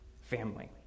family